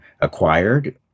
acquired